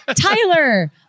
Tyler